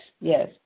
Yes